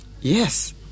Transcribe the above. yes